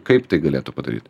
kaip tai galėtų padaryt